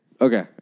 Okay